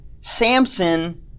Samson